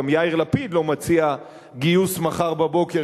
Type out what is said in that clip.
גם יאיר לפיד לא מציע גיוס מחר בבוקר,